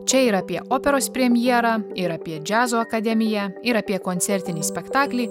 čia ir apie operos premjerą ir apie džiazo akademiją ir apie koncertinį spektaklį